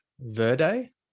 Verde